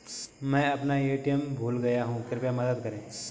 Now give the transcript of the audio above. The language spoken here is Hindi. मैं अपना ए.टी.एम भूल गया हूँ, कृपया मदद करें